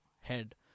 head